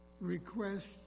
request